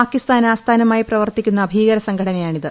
പാകിസ്ഥാൻ ആസ്ഥാനമായി പ്രവർത്തിക്കുന്ന ഭീകരസംഘടനയാണിത്